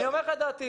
אני אומר לך את דעתי.